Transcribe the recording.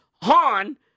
Han